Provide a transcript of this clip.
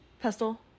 Pestle